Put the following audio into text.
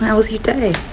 and was your day?